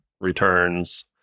returns